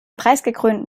preisgekrönten